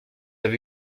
avez